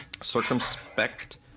circumspect